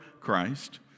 Christ